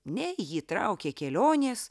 ne jį traukė kelionės